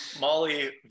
Molly